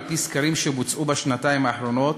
על-פי סקרים שבוצעו בשנתיים האחרונות,